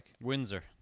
Windsor